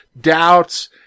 doubts